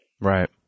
Right